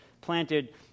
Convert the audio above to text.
planted